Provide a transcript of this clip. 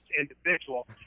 individual